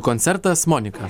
koncertas monika